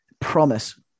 promise